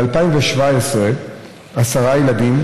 ב-2017 עשרה ילדים